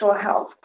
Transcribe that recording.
health